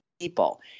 people